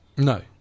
No